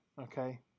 okay